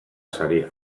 saria